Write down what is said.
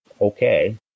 okay